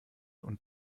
und